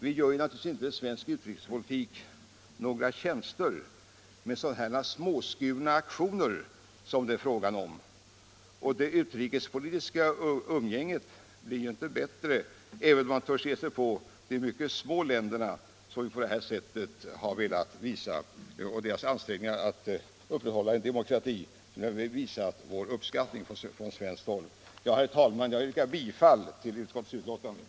Vi gör naturligtvis inte svensk utrikespolitik några tjänster med sådana småskurna aktioner som det här är fråga om. Det utrikespolitiska umgänget blir inte bättre av att man törs ge sig på de mycket små länderna. Det är dessa små länders ansträngningar att upprätthålla en demokrati som vi på det här sättet velat visa vår uppskattning för från svenskt håll. Herr talman! Jag yrkar bifall till utskottets hemställan.